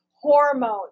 hormones